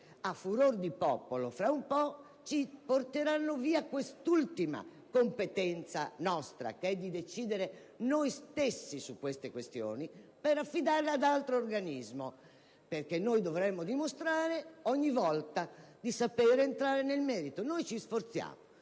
a furore di popolo, fra un po' ci porteranno via quest'ultima nostra competenza, quella di decidere noi stessi su tali questioni, per affidarla ad un altro organismo, considerato che noi dovremmo dimostrare ogni volta di sapere entrare nel merito. Noi ci sforziamo;